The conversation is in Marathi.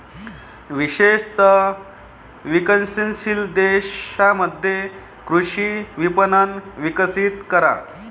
विशेषत विकसनशील देशांमध्ये कृषी विपणन विकसित करा